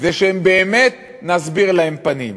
ושבאמת נסביר להם פנים,